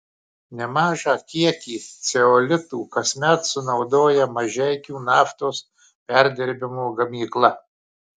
nemažą kiekį ceolitų kasmet sunaudoja mažeikių naftos perdirbimo gamykla